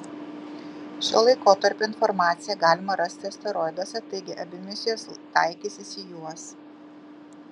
šio laikotarpio informaciją galima rasti asteroiduose taigi abi misijos taikysis į juos